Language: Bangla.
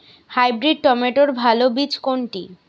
হাইব্রিড টমেটোর ভালো বীজ কোনটি?